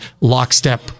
lockstep